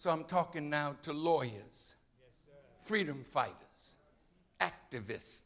so i'm talking now to lawyers freedom fighter